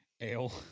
ale